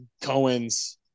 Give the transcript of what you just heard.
Cohen's